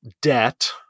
debt